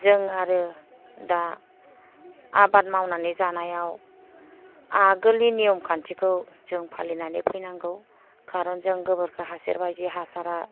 जों आरो दा आबाद मावनानै जानायाव आगोलनि नेम खान्थिखौ जों फालिनानै फैनांगौ खारन जों गोबोरखि हासारबायदि हासारा